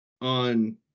on